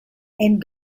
and